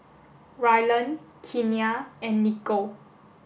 Ryland Kenia and Niko